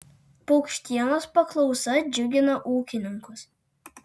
paukštienos paklausa džiugina ūkininkus